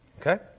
okay